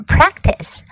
Practice